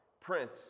Prince